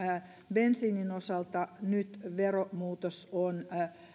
bensiinin osalta veromuutos on